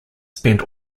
spent